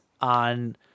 on